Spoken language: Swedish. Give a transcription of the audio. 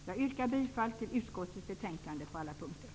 Jag yrkar bifall till utskottets hemställan på alla punkter.